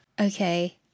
Okay